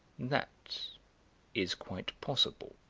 that is quite possible,